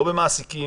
לא במעסיקים.